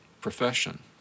profession